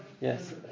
Yes